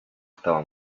estaba